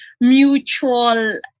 mutual